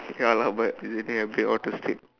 ya ya lah but is it thing a bit or to stick